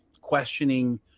questioning